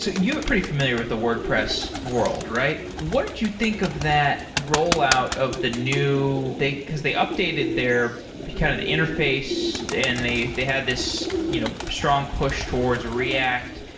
so you're pretty familiar with the wordpress world, right? what did you think of that rollout of the new because they updated their kind of interface and they they had this you know strong push towards react,